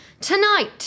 Tonight